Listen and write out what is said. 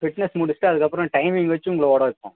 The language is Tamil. ஃபிட்னஸ் முடிச்சுட்டு அதுக்கப்புறம் டைமிங் வச்சு உங்களை ஓட வைப்போம்